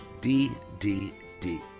ddd